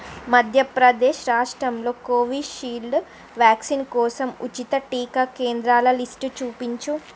మధ్యప్రదేశ్ రాష్ట్రంలో Covishield vaccine కోసం ఉచిత టీకా కేంద్రాల లిస్టు చూపించు